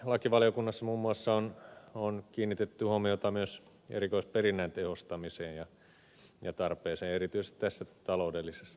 lakivaliokunnassa muun muassa on kiinnitetty huomiota myös erikoisperinnän tehostamiseen ja tarpeeseen erityisesti tässä taloudellisessa tilanteessa